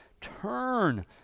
Turn